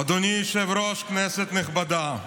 אדוני היושב-ראש, כנסת נכבדה,